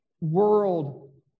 world